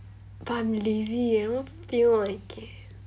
but I'm lazy I don't feel like it